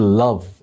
love